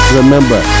remember